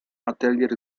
atelier